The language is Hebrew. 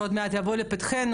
שעוד מעט יבוא לפתחנו,